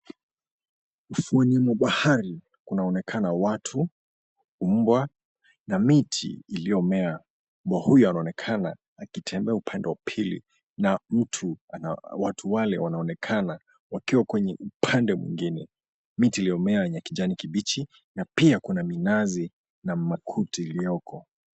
Ufuoni mwa bahari kunaonekana watu, mbwa na miti iliyomea. Mbwa huyo anaonekana akitembea upande wa pili na watu wale wanaonekana wakiwa kwenye upande mwingine. Miti iliyomea yenye kijani kibichi na pia kuna minazi na makuti iliyoko.